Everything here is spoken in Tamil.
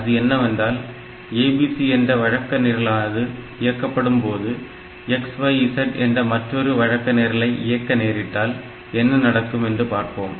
அது என்னவென்றால் ABC என்ற வழக்க நிரலானது இயக்கப்படும்போது XYZ என்ற மற்றொரு வழக்க நிரலை இயக்க நேரிட்டால் என்ன நடக்கும் என்று பார்ப்போம்